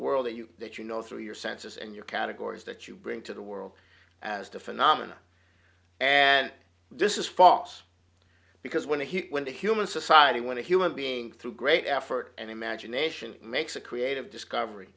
world that you that you know through your senses and your categories that you bring to the world as to phenomena and this is false because when he went to human society when a human being through great effort and imagination makes a creative discovery